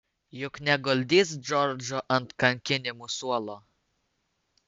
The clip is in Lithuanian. juk neguldys džordžo ant kankinimų suolo